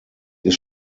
ist